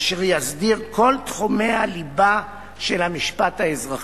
אשר יסדיר כל תחומי הליבה של המשפט האזרחי.